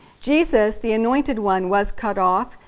jesus, the anointed one, was cut off,